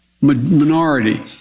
minority